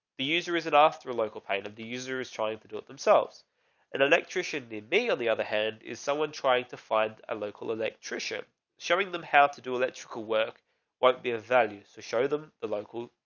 the user, is it off through a local painter? kind of the user is trying to do it themselves and electrician, the bay, or the other head is someone tried to find a local electrician showing them how to do electrical work won't be a value. so show them the local